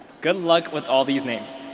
good luck with all these names.